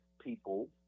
people